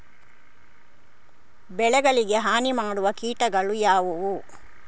ಬೆಳೆಗಳಿಗೆ ಹಾನಿ ಮಾಡುವ ಕೀಟಗಳು ಯಾವುವು?